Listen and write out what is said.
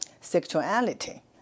sexuality